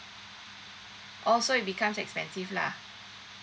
oh so it becomes expensive lah